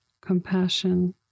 compassion